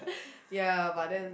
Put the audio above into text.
ya but then